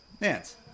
Nance